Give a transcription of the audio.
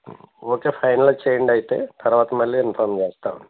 okay finalise చేయండి అయితే తర్వాత మళ్ళీ ఇన్ఫార్మ్ చేస్తాం